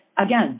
Again